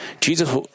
Jesus